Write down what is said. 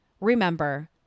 remember